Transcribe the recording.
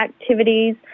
activities